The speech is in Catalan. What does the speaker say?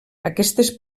aquestes